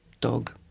dog